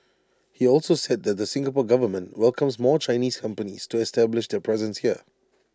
he also said the Singapore Government welcomes more Chinese companies to establish their presence here